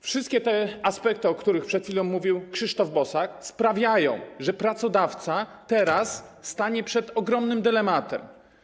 Wszystkie te aspekty, o których przed chwilą mówił Krzysztof Bosak, sprawiają, że pracodawca teraz stanie przed ogromnym dylematem.